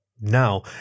Now